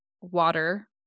water